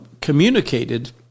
communicated